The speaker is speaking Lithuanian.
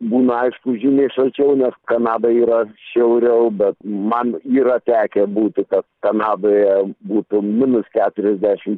būna aišku žymiai šalčiau nes kanada yra šiauriau bet man yra tekę būti kad kanadoje būtų minus keturiasdešimt